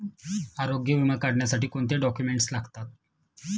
आरोग्य विमा काढण्यासाठी कोणते डॉक्युमेंट्स लागतात?